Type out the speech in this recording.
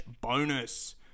bonus